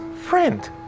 friend